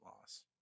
loss